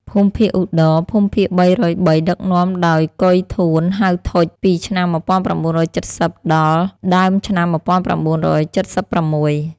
ភូមិភាគឧត្តរ (ភូមិភាគ ៣០៣) ដឹកនាំ ដោយ កុយ ធួន ហៅ ធុច ពីឆ្នាំ១៩៧០ដល់ ដើមឆ្នាំ១៩៧៦។